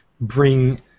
bring